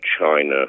China